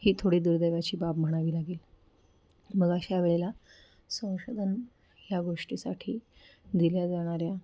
ही थोडी दुर्दैवाची बाब म्हणावी लागेल मग अशा वेळेला संशोधन ह्या गोष्टीसाठी दिल्या जाणाऱ्या